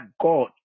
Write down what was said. God